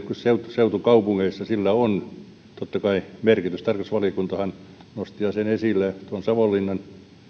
seutukaupungeissa on totta kai merkitystä tarkastusvaliokuntahan nosti asian esille tuon savonlinnan